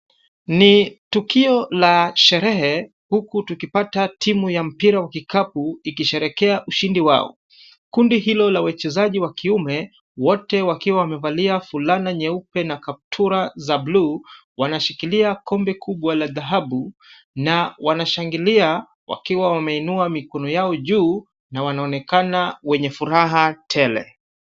Ni tukio la sherehe huku tukipata timu ya mpira wa kikapu ikisherehekea ushindi wao. Kundi hilo la wachezaji wa kiume, wote wakiwa wamevalia fulana nyeupe na kaptura za bluu wanashikilia kombe kubwa la dhahabu na wanashangilia wakiwa wameinua mikono yao juu na wanaonekana wenye furaha tele.